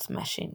Craftsmanship"